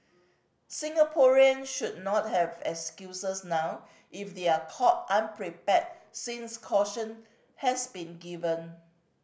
Singaporean should not have excuses now if they are caught unprepared since caution has been given